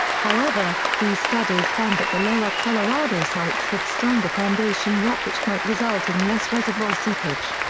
however, these studies found that the lower colorado sites had stronger foundation rock which might result in less reservoir seepage.